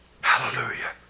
Hallelujah